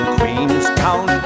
Queenstown